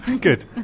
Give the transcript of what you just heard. good